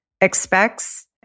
expects